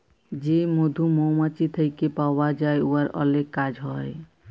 যে মধু মমাছি থ্যাইকে পাউয়া যায় উয়ার অলেক কাজ হ্যয়